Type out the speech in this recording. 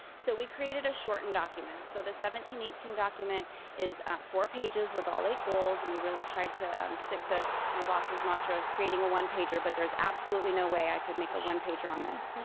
so we created a shortened document. so the seventeen eighteen document is four pages with all eight goals. and we really tried to stick to my boss's mantra of creating a one-pager, but there's absolutely no way i could make a one-pager on this,